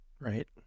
Right